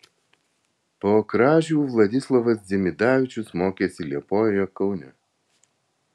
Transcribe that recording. po kražių vladislovas dzimidavičius mokėsi liepojoje kaune